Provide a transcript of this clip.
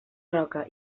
roca